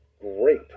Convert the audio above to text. great